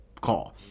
call